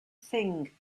thing